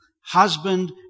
husband